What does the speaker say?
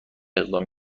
اقدام